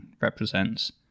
represents